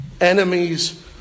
Enemies